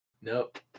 Nope